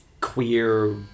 queer